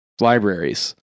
libraries